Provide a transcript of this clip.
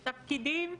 תפקידים?